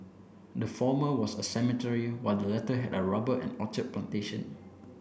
the former was a cemetery while the latter had rubber and orchard plantation